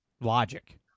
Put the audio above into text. logic